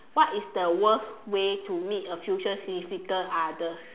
what is the worst way to meet a future significant other